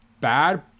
bad